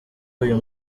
uyu